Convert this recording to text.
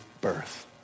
birth